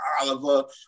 Oliver